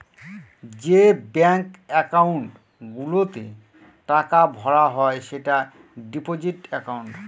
যে bank account গুলোতে টাকা ভরা হয় সেটা ডিপোজিট একাউন্ট